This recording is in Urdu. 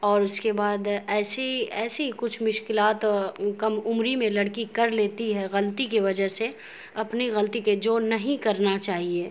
اور اس کے بعد ایسی ایسی کچھ مشکلات کم عمری میں لڑکی کر لیتی ہے غلطی کی وجہ سے اپنی غلطی کے جو نہیں کرنا چاہیے